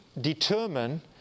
determine